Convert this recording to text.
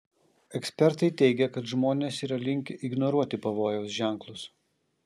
ekspertai teigia kad žmonės yra linkę ignoruoti pavojaus ženklus